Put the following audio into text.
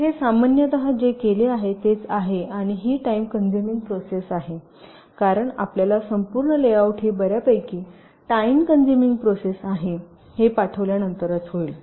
हे सामान्यत जे केले आहे तेच आहे आणि ही टाईम कन्जुमिंग प्रोसेस आहे कारण आपल्याला संपूर्ण लेआउट ही बर्यापैकी टाईम कन्जुमिंग प्रोसेस आहे हे पाठविल्यानंतरच होईल